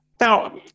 Now